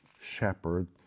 shepherd